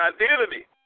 identity